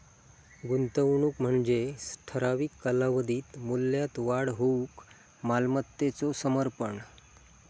गुंतवणूक म्हणजे ठराविक कालावधीत मूल्यात वाढ होऊक मालमत्तेचो समर्पण